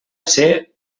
ser